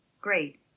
Great